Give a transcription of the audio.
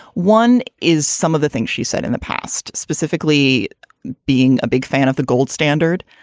one is some of the things she said in the past, specifically being a big fan of the gold standard,